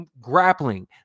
grappling